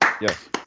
Yes